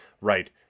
right